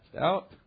out